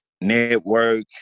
network